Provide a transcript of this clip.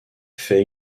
fait